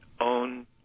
own